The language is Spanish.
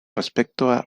respecto